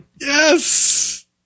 yes